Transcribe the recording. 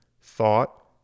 thought